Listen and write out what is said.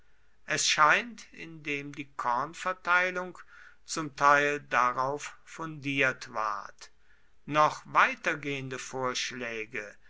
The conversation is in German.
es scheint indem die kornverteilung zum teil darauf fundiert ward noch weitergehende vorschläge